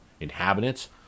inhabitants